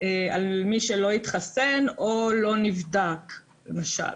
על מי שלא התחסן או לא נבדק למשל,